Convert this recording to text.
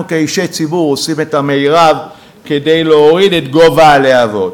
האם אנחנו כאישי ציבור עושים את המרב כדי להוריד את גובה הלהבות.